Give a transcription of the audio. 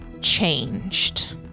changed